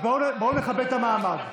אז בואו נכבד את המעמד.